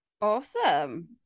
Awesome